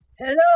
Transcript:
Hello